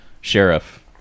sheriff